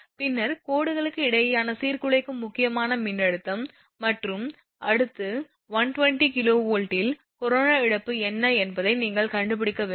பின்னர் கோடுகளுக்கு இடையேயான சீர்குலைக்கும் முக்கியமான மின்னழுத்தம் மற்றும் அடுத்து 120 kV இல் கரோனா இழப்பு என்ன என்பதை நீங்கள் கண்டுபிடிக்க வேண்டும்